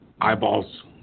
eyeballs